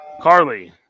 Carly